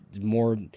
more